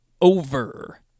over